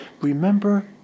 remember